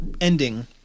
ending